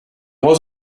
was